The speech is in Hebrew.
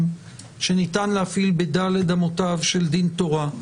שניתן להפעיל בדלת אמותיו של דין תורה,